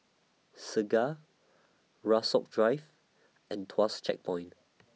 Segar Rasok Drive and Tuas Checkpoint